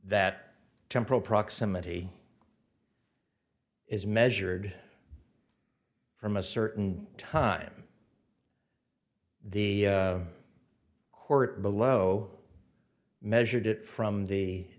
that temporal proximity is measured from a certain time the court below measured it from the